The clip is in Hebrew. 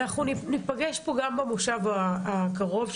אנחנו ניפגש פה גם במושב הקרוב,